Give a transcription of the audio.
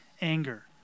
anger